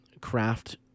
craft